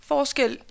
forskel